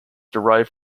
derived